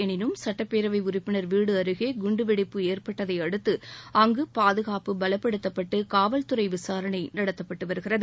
எனினும் சட்டப்பேரவை உறுப்பினர் வீடு அருகே குண்டுவெடிப்பு ஏற்பட்டதை அடுத்து அங்கு பாதகாப்பு பலப்படுத்தப்பட்டு காவல்துறை விசாரணை நடத்தப்பட்டு வருகிறது